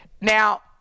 Now